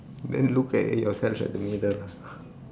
then look at yourself at the mirror lah